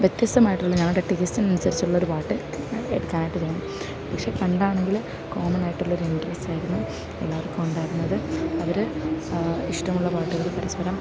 വ്യത്യസ്തമായിട്ടുള്ള ഞങ്ങളുടെ ടേസ്റ്റിനനുസരിച്ചുള്ളൊരു പാട്ട് എടുക്കാനായിട്ടു തോന്നി പക്ഷെ പണ്ടാണെങ്കിൽ കോമണായിട്ടുള്ളൊരു ഇൻട്രറ്റായിരുന്നു എല്ലാവർക്കും ഉണ്ടായിരുന്നത് അവർ ഇഷ്ടമുള്ള പാട്ടുകൾ പരസ്പരം